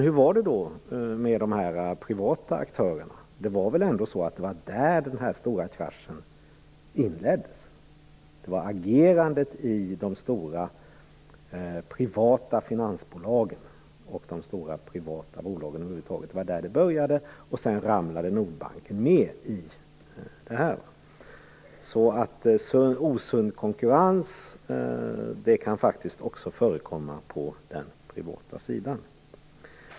Hur var det med de privata aktörerna? Det var väl ändå så att det var där den stora kraschen inleddes? Det var i agerandet i de stora privata finansbolagen och de stora privata bolagen över huvud taget det började. Sedan ramlade Nordbanken ned i det hela. Osund konkurrens kan alltså förekomma också på den privata sidan.